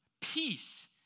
peace